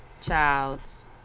child's